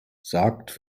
sagt